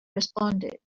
responded